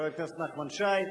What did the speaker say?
חבר הכנסת נחמן שי.